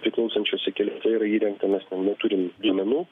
priklausančiuose keliuose yra įrengta mes neturim duomenų